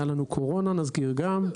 הייתה קורונה, נזכיר גם.